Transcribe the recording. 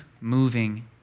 moving